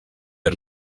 are